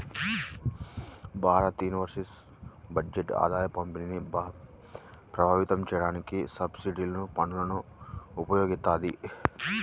భారతయూనియన్ బడ్జెట్ ఆదాయపంపిణీని ప్రభావితం చేయడానికి సబ్సిడీలు, పన్నులను ఉపయోగిత్తది